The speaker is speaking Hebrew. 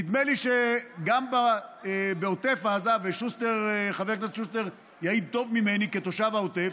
נדמה לי שגם בעוטף עזה חבר הכנסת שוסטר יעיד טוב ממני כתושב העוטף.